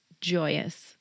joyous